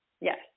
Yes